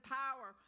power